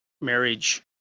marriage